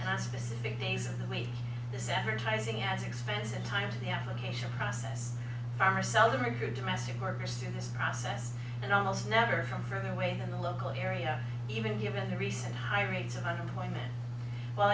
and on specific days of the week this advertising adds expense and time to the application process farmers seldom recruit domestic workers through this process and almost never from further away than the local area even given the recent high rates of unemployment w